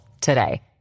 today